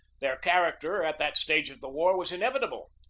their character at that stage of the war was inevitable.